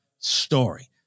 story